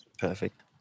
Perfect